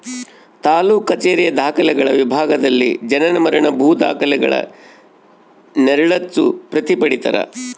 ತಾಲೂಕು ಕಛೇರಿಯ ದಾಖಲೆಗಳ ವಿಭಾಗದಲ್ಲಿ ಜನನ ಮರಣ ಭೂ ದಾಖಲೆಗಳ ನೆರಳಚ್ಚು ಪ್ರತಿ ಪಡೀತರ